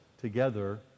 together